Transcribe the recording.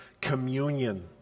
communion